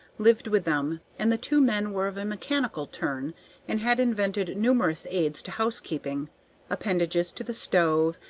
lived with them, and the two men were of a mechanical turn and had invented numerous aids to housekeeping appendages to the stove,